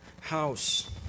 house